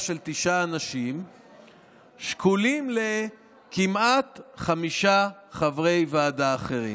של תשעה אנשים שקולים כמעט לחמישה חברי ועדה אחרים.